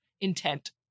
intent